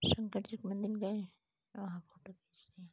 शंकर जी के मंदिर गए वहाँ फोटो खींच लिया